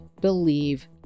believe